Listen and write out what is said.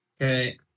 Okay